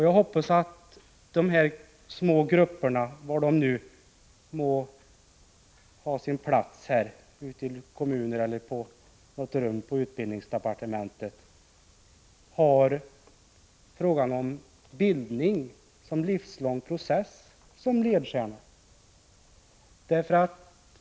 Jag hoppas att de små grupperna — var de nu må uppträda, i kommuner eller på något rum på utbildningsdepartementet — har frågan om bildning som en livslång process som ledstjärna.